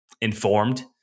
informed